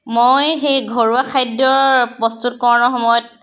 মই সেই ঘৰুৱা খাদ্যৰ প্ৰস্তুতকৰণৰ সময়ত